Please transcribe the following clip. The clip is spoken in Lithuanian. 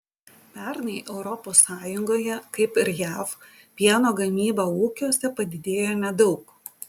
pernai europos sąjungoje kaip ir jav pieno gamyba ūkiuose padidėjo nedaug